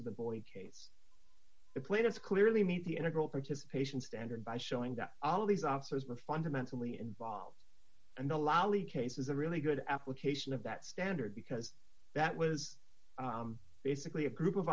of the boy kate's the planets clearly meet the integral participation standard by showing that all of these officers were fundamentally involved and the loudly case is a really good application of that standard because that was basically a group of